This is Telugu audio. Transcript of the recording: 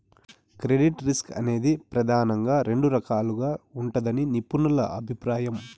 క్రెడిట్ రిస్క్ అనేది ప్రెదానంగా రెండు రకాలుగా ఉంటదని నిపుణుల అభిప్రాయం